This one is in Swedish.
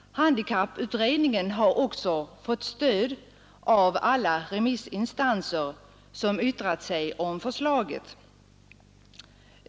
Handikapputredningen har också fått stöd av alla remissinstanser som yttrat sig om förslaget.